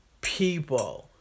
people